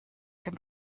dem